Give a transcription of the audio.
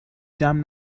جمع